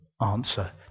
answer